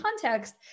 context